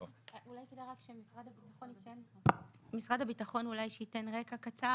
אולי כדאי שמשרד הביטחון ייתן רקע קצר,